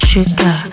Sugar